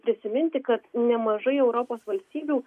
prisiminti kad nemažai europos valstybių